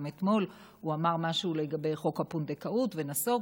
גם אתמול הוא אמר משהו לגבי חוק הפונדקאות ונסוג,